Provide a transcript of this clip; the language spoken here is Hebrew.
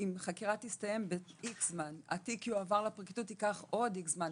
חקירה תסתיים ב-X זמן והתיק יועבר לפרקליטות וייקח עוד X זמן,